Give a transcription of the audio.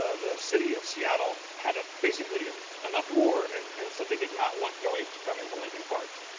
ah the city of seattle had ah basically an up roar and and said they did not want go ape to come into lincoln park.